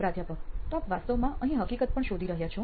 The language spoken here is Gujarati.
પ્રાધ્યાપક તો આપ વાસ્તવમાં અહીં હકીકત પણ શોધી રહ્યા છો